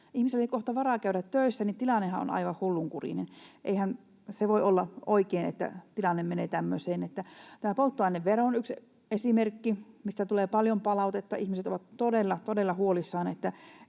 Ihmisillä ei ole kohta varaa käydä töissä, tilannehan on aivan hullunkurinen. Eihän se voi olla oikein, että tilanne menee tämmöiseen. Tämä polttoainevero on yksi esimerkki, mistä tulee paljon palautetta. Ihmiset ovat todella, todella